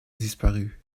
disparu